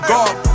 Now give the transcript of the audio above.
God